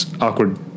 awkward